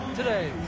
today